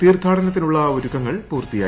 തീർത്ഥാടനത്തിനുള്ള ഒരുക്കങ്ങൾ പൂർത്തിയായി